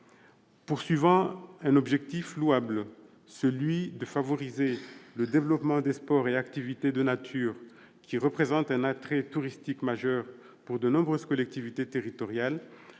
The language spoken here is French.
Poursuivant un objectif louable, celui de favoriser le développement des sports et activités de nature qui représentent un attrait touristique majeur pour de nombreuses collectivités territoriales,